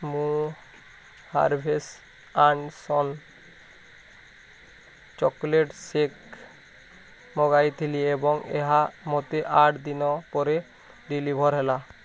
ମୁଁ Harvest and Sons chocolate shake ମଗାଇଥିଲି ଏବଂ ଏହା ମୋତେ ଆଠ ଦିନ ପରେ ଡ଼େଲିଭର୍ ହେଲା